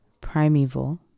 primeval